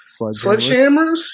sledgehammers